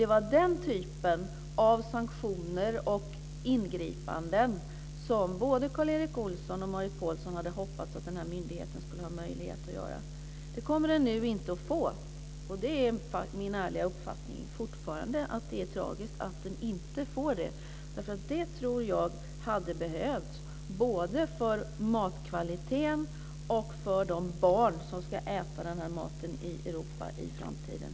Det var den typen av sanktioner och ingripanden som både Karl Erik Olsson och Marit Paulsen hade hoppats att denna myndighet skulle ha möjlighet att göra. Det kommer den nu inte att få. Min ärliga uppfattning är fortfarande att det är tragiskt att den inte får det. Jag tror nämligen att det hade behövts - både för matkvaliteten och för de barn som ska äta maten i Europa i framtiden.